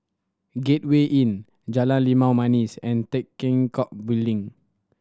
Gateway Inn Jalan Limau Manis and Tan Teck Building